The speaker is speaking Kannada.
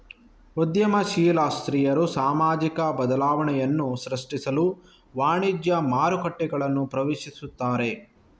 ಉದ್ಯಮಶೀಲ ಸ್ತ್ರೀಯರು ಸಾಮಾಜಿಕ ಬದಲಾವಣೆಯನ್ನು ಸೃಷ್ಟಿಸಲು ವಾಣಿಜ್ಯ ಮಾರುಕಟ್ಟೆಗಳನ್ನು ಪ್ರವೇಶಿಸುತ್ತಾರೆ